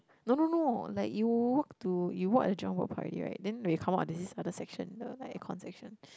no no no like you walk to you walk at the Jurong-Bird-Park already right then when you come out there's this other section the like aircon section